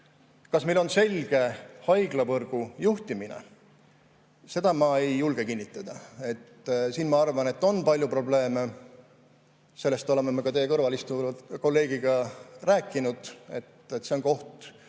Kas meil on selge haiglavõrgu juhtimine? Seda ma ei julge kinnitada. Siin, ma arvan, on palju probleeme. Sellest oleme me ka teie kõrval istuva kolleegiga rääkinud, et see on koht,